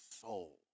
soul